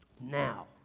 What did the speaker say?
Now